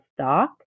stock